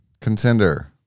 contender